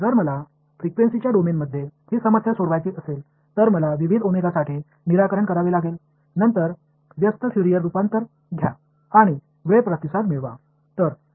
எனவே ஃபிரிகியூன்சி டொமைனின் இந்த சிக்கலை நான் தீர்க்க விரும்பினால் பல்வேறு ஒமேகா க்களுக்கு நான் தீர்வு காண வேண்டும் பின்னர் தலைகீழ் ஃபோரியர் உருமாற்றத்தை எடுத்து நேர பதிலைப் பெறுங்கள்